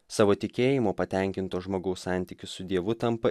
savo tikėjimu patenkinto žmogaus santykis su dievu tampa